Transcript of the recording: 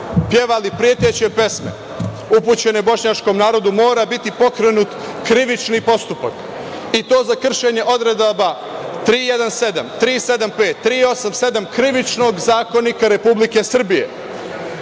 pevali preteće pesme upućene bošnjačkom narodu, mora biti pokrenut krivični postupak i to za kršenje odredaba 317, 375, 387, Krivičnog zakonika Republike Srbije,